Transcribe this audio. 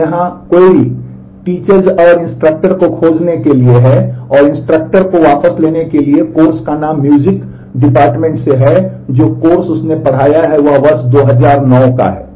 तो यहाँ query teacher उसने पढ़ाया है वह वर्ष 2009 का है